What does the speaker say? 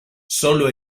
sólo